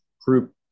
group